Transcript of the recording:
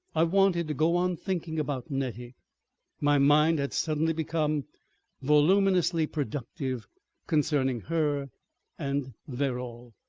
i wanted to go on thinking about nettie my mind had suddenly become voluminously productive concerning her and verrall.